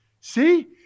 See